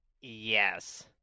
Yes